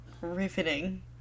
Riveting